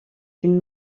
une